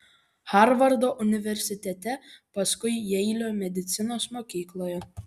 harvardo universitete paskui jeilio medicinos mokykloje